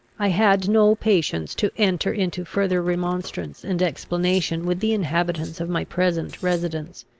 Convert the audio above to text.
i had no patience to enter into further remonstrance and explanation with the inhabitants of my present residence.